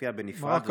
שמופיע בנפרד,